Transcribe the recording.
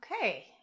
okay